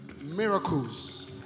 miracles